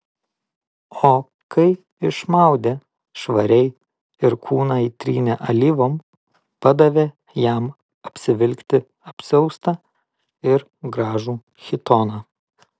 o kai išmaudė švariai ir kūną įtrynė alyvom padavė jam apsivilkti apsiaustą ir gražų chitoną